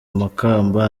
amakamba